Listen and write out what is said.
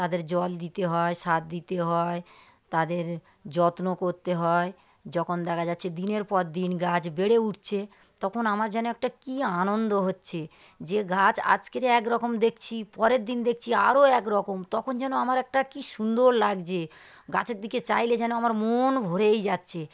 তাদের জল দিতে হয় সার দিতে হয় তাদের যত্ন করতে হয় যখন দেখা যাচ্ছে দিনের পর দিন গাছ বেড়ে উঠছে তখন আমার যেন একটা কী আনন্দ হচ্ছে যে গাছ আজকের এক রকম দেখছি পরের দিন দেখছি আরও এক রকম তখন যেন আমার একটা কী সুন্দর লাগছে গাছের দিকে চাইলে যেন আমার মন ভরেই যাচ্ছে